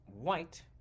white